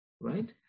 right